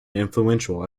influential